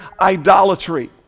idolatry